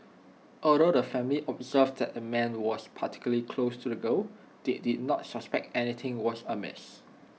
although the family observed that the man was particularly close to the girl they did not suspect anything was amiss